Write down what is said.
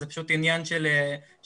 זה פשוט עניין של מועדים,